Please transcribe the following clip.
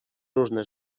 różne